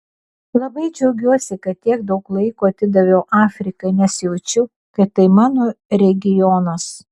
labai džiaugiuosi kad tiek daug laiko atidaviau afrikai nes jaučiu kad tai mano regionas